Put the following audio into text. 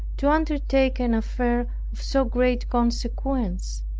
to undertake an affair of so great consequence,